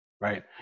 right